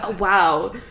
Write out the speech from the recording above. Wow